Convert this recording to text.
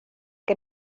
que